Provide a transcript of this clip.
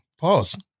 Pause